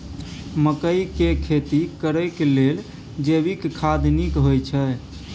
मकई के खेती करेक लेल जैविक खाद नीक होयछै?